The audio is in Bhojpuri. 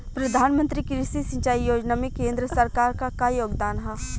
प्रधानमंत्री कृषि सिंचाई योजना में केंद्र सरकार क का योगदान ह?